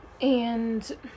And-